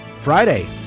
Friday